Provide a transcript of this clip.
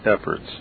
efforts